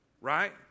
Right